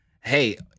hey